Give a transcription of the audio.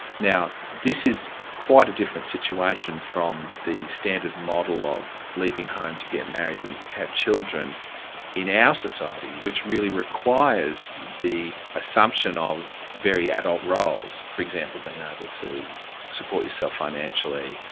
now this is quite a different situation from the standard model of leaving home to get married and have children in our society which really requires the assumption of very adult roles. for example being able to support yourself financially,